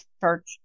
church